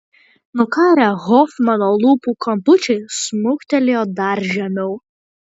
nukarę hofmano lūpų kampučiai smuktelėjo dar žemiau